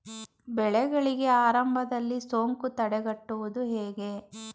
ಬೆಳೆಗಳಿಗೆ ಆರಂಭದಲ್ಲಿ ಸೋಂಕು ತಡೆಗಟ್ಟುವುದು ಹೇಗೆ?